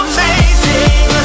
Amazing